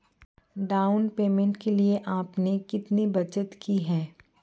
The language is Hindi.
डाउन पेमेंट के लिए आपने कितनी बचत की है?